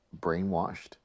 brainwashed